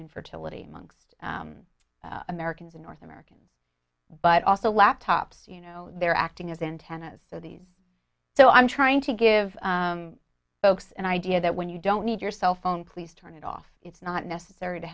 infertility monks americans in north american but also laptops you know they're acting as antennas so these so i'm trying to give folks an idea that when you don't need your cell phone please turn it off it's not necessary to